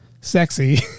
sexy